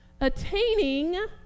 Attaining